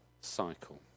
cycle